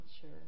sure